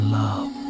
love